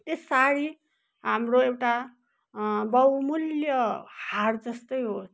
त्यो साडी हाम्रो एउटा बहुमूल्य हार जस्तै हो